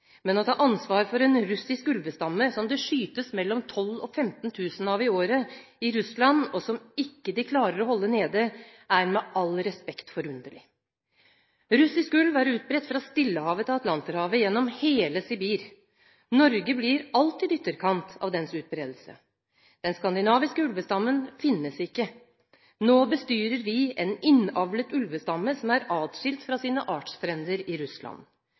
men å ta ansvar for en russisk ulvestamme som det skytes mellom 12 000 og 15 000 av i året i Russland, og som de ikke klarer å holde nede, er – med all respekt – forunderlig. Russisk ulv er utbredt fra Stillehavet til Atlanterhavet gjennom hele Sibir. Norge blir alltid i ytterkant av dens utbredelse. Den skandinaviske ulvestammen finnes ikke. Nå bestyrer vi en innavlet ulvestamme som er adskilt fra sine artsfrender i Russland.